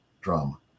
drama